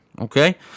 Okay